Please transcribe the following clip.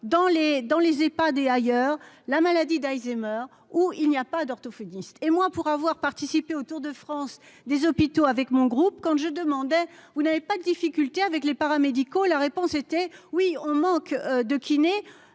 dans les pas D'ailleurs, la maladie d'Alzheimer ou il n'y a pas d'orthophonistes et moi, pour avoir participé au Tour de France des hôpitaux avec mon groupe quand je demandais : vous n'avez pas difficultés avec les paramédicaux, la réponse était oui on manque de kiné